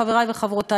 חברי וחברותי,